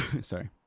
sorry